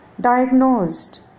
diagnosed